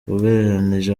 ugereranije